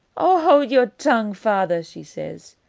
o haud your tongue, father, she says,